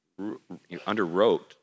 underwrote